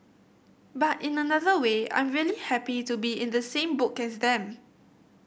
but in another way I'm really happy to be in the same book as them